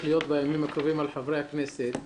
להיות בימים הקרובים על חברי הכנסת,